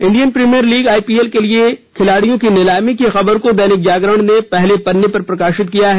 Indian Premier League IPL के लिए खिलाड़ियों की नीलामी की खबर को दैनिक जागरण ने पहले पन्ने पर प्रकाशित किया है